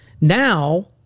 Now